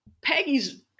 Peggy's